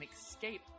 escape